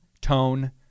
Tone